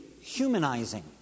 humanizing